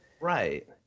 right